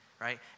right